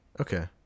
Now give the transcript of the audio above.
Okay